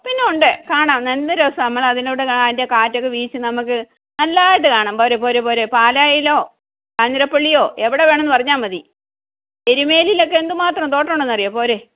പിന്നെ ഉണ്ട് കാണാം നല്ല രസാ നമ്മൾ അതിലൂടെ അതിൻ്റെ കാറ്റൊക്കെ വീശി നമുക്ക് നല്ലായിട്ട് കാണാം പോര് പോര് പോര് പാലായിലോ കാഞ്ഞിരപ്പള്ളിയോ എവിടെ വേണം എന്ന് പറഞ്ഞാൽ മതി എരുമേലിയിലൊക്കെ എന്തുമാത്രം തോട്ടം ഉണ്ടെന്ന് അറിയോ പോര്